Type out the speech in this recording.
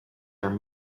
are